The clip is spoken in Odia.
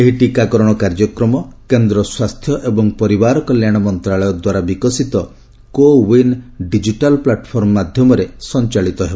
ଏହି ଟିକାକରଣ କାର୍ଯ୍ୟକ୍ରମ କେନ୍ଦ୍ର ସ୍ୱାସ୍ଥ୍ୟ ଏବଂ ପରିବାର କଲ୍ୟାଣ ମନ୍ତାଳୟ ଦ୍ୱାରା ବିକଶିତ କୋ ୱିନ୍ ଡିଜିଟାଲ୍ ପ୍ଲାଟଫର୍ମ ମାଧ୍ୟମରେ ସଂଚାଳିତ ହେବ